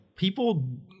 People